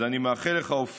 אז אני מאחל לך, אופיר,